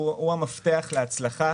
הוא המפתח להצלחה